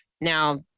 Now